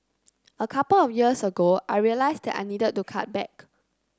a couple of years ago I realised that I needed to cut back